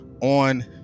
on